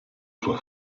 sua